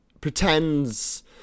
pretends